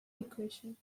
equation